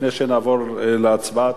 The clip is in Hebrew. לפני שנעבור להצבעה,